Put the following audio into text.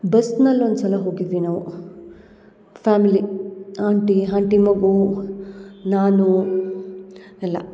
ಬಸ್ನಲ್ಲಿ ಒಂದ್ಸಲ ಹೋಗಿದ್ವಿ ನಾವು ಫ್ಯಾಮಿಲಿ ಆಂಟಿ ಆಂಟಿ ಮಗು ನಾನು ಎಲ್ಲ